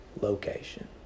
location